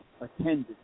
attended